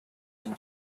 than